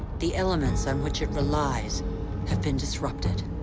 the elements on which it relies have been disrupted.